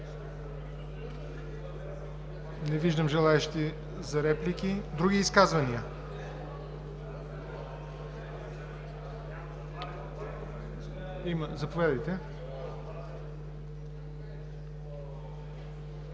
Не виждам желаещи за реплики. Други изказвания? Заповядайте,